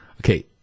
Okay